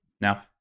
now